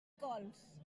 cols